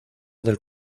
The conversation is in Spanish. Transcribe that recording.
del